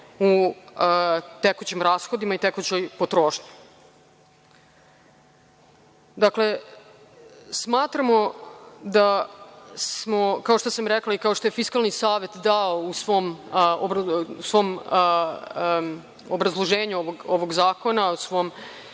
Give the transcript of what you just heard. u tekućim rashodima i tekućoj potrošnji. Tako da smatramo da smo, kao što sam rekla i kao što je Fiskalni saveta dao u svom obrazloženju ovog zakona, u svom